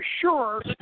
sure